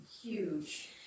huge